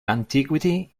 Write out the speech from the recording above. antiquity